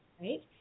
right